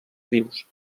rius